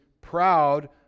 proud